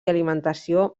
alimentació